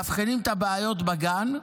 מאבחנים את הבעיות בגן,